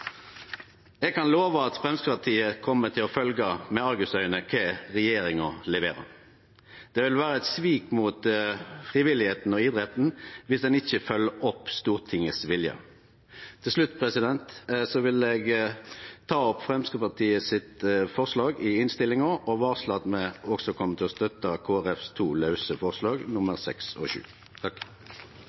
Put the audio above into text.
Eg kan love at Framstegspartiet kjem til å følgje med argusauge kva regjeringa leverer. Det vil vere eit svik mot frivilligheita og idretten viss ein ikkje følgjer opp Stortingets vilje. Til slutt vil eg ta opp Framstegspartiets forslag i innstillinga og varsle at me også kjem til å støtte dei to lause forslaga, nr. 6 og